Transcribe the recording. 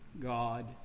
God